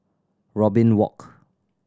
Robin Walk